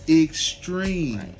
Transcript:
extreme